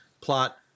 plot